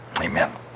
Amen